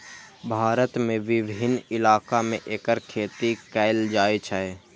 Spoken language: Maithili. भारत के विभिन्न इलाका मे एकर खेती कैल जाइ छै